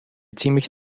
ziemlich